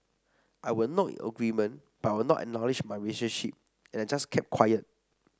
I would nod in agreement but I would not acknowledge my relationship and I just kept quiet